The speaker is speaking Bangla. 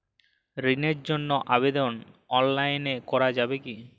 ঋণের জন্য আবেদন অনলাইনে করা যাবে কি?